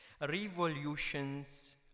Revolutions